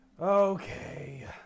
Okay